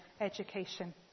education